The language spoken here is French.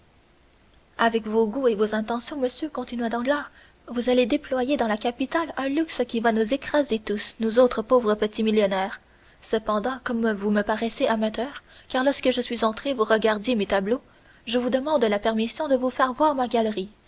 avec vos goûts et vos intentions monsieur continua danglars vous allez déployer dans la capitale un luxe qui va nous écraser tous nous autres pauvres petits millionnaires cependant comme vous me paraissez amateur car lorsque je suis entré vous regardiez mes tableaux je vous demande la permission de vous faire voir ma galerie